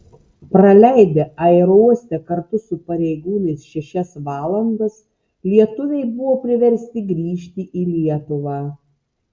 praleidę aerouoste kartu su pareigūnais šešias valandas lietuviai buvo priversti grįžti į lietuvą